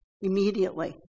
Immediately